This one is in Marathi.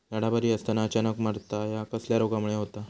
झाडा बरी असताना अचानक मरता हया कसल्या रोगामुळे होता?